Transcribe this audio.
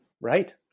Right